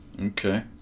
Okay